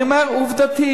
אני אומר עובדתית,